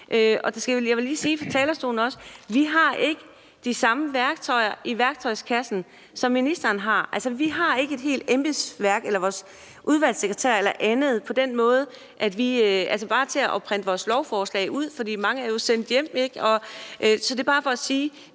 Jeg vil også lige sige fra talerstolen, at vi ikke har de samme værktøjer i værktøjskassen, som ministeren har, altså vi har ikke et helt embedsværk eller vores udvalgssekretær eller andet til bare at printe vores ændringsforslag ud, for mange er jo sendt hjem. Så det er bare for at sige,